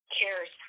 cares